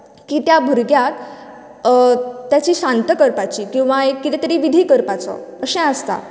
की त्या भुरग्यांक ताची शांत करपाची किंवा कितें तरी विधी करपाचो अशें आसता